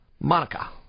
Monica